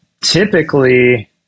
typically